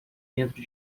dentro